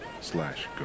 slash